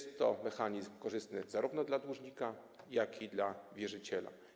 Ten mechanizm jest korzystny zarówno dla dłużnika, jak i dla wierzyciela.